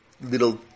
little